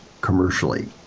commercially